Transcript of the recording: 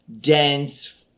dense